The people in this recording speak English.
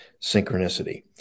synchronicity